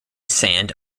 sand